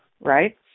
right